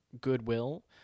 goodwill